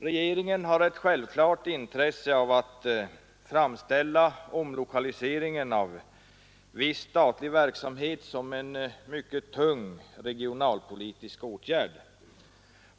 Regeringen har ett självklart intresse av att framställa omlokaliseringen av viss statlig verksamhet som en mycket tung regionalpolitisk åtgärd.